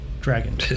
Dragon